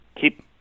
keep